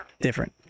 Different